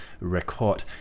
record